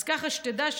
אז ככה שתדע,